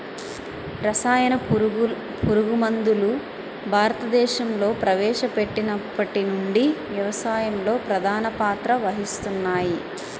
రసాయన పురుగుమందులు భారతదేశంలో ప్రవేశపెట్టినప్పటి నుండి వ్యవసాయంలో ప్రధాన పాత్ర వహిస్తున్నాయి